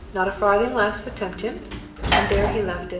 not a farthing less would tempt him and there he left it,